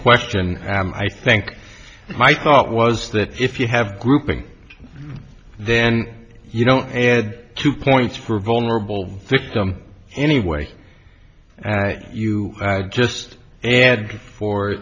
question and i think my thought was that if you have grouping then you don't add two points for vulnerable victim anyway you just a had for